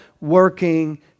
working